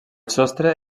sostre